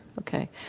okay